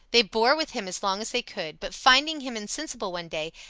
they bore with him as long as they could but finding him insensible one day,